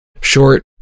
short